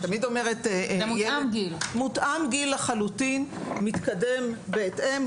זה מותאם גיל ומתקדם בהתאם.